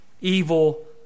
evil